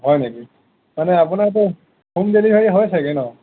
হয় নেকি মানে আপোনাৰটো হোম ডেলিভাৰী হয় চাগে ন'